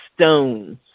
stones